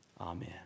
Amen